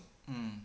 um